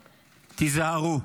תיזהרו.